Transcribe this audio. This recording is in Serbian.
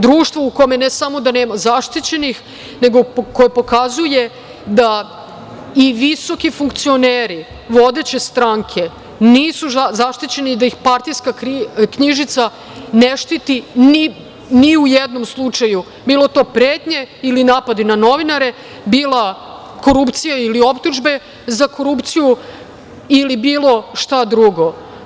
Društvo u kome ne samo da nema zaštićenih, nego koje pokazuje da i visoki funkcioneri vodeće stranke, nisu zaštićeni, da ih partijska knjižica ne štiti, ni u jednom slučaju, bilo to pretnje ili napadi na novinare, bila korupcija, ili optužbe za korupciju, ili bilo šta drugo.